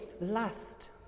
lust